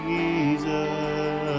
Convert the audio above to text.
Jesus